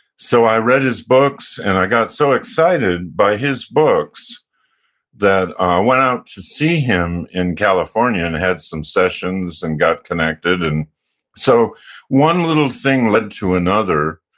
so i read his books, and i got so excited by his books that i went out to see him in california and had some sessions and got connected and so one little thing led to another,